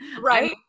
right